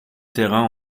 terrains